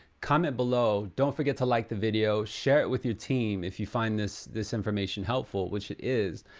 comment below don't forget to like the video, share it with your team if you find this this information helpful which it is.